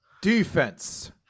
Defense